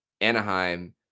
Anaheim